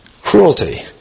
cruelty